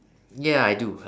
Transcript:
ya I do